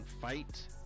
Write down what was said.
fight